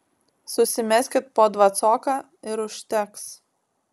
susimeskit po dvacoką ir užteks